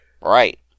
Right